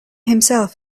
himself